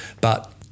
But-